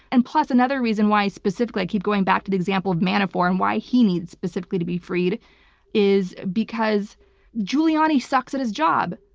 and plus another reason why specifically i keep going back to the example of manafort and why he needs specifically to be freed is because giuliani sucks at his job.